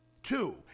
Two